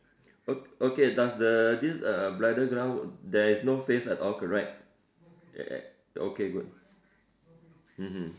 o~ okay does the this uh bridal gown there's no face at all correct ya ya okay good mmhmm